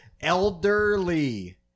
Elderly